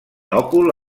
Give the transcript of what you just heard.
òcul